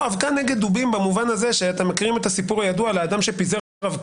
יש לי מענה.